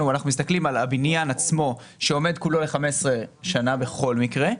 אנחנו מסתכלים על הבניין עצמו שעומד כולו ל-15 שנים בכל מקרה.